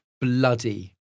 Bloody